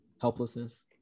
Helplessness